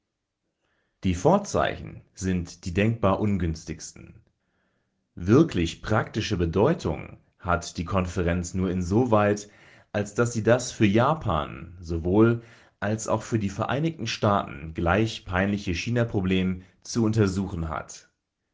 die vorzeichen sind die denkbar ungünstigsten wirklich praktische bedeutung hat die konferenz nur insoweit als sie das für japan sowohl als auch für die vereinigten staaten gleich peinliche china-problem zu untersuchen hat